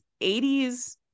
80s